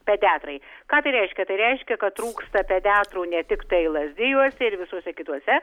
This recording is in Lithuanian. pediatrai ką tai reiškia tai reiškia kad trūksta pediatrų ne tiktai lazdijuose ir visuose kituose